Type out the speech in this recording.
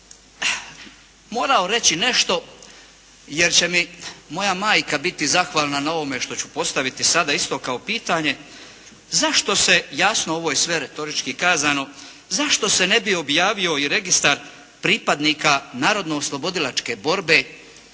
morao reći nešto jer će mi moja majka biti zahvalna na ovome što ću postaviti sada isto kao pitanje. Zašto se, jasno ovo je sve retorički kazano, zašto se ne bi objavio i registar pripadnika Narodnooslobodilačke borbe.